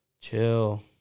Chill